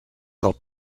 del